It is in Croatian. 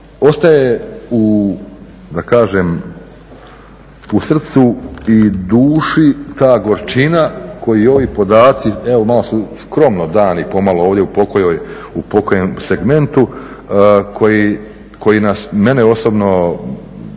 ostaje da kažem u srcu i duši ta gorčina koju ovi podaci, evo malo su skromno dani pomalo ovdje u pokojem segmentu, koji mene osobno